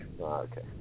Okay